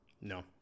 No